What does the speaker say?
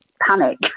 panic